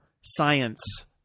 science